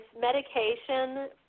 medication